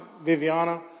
viviana